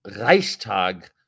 Reichstag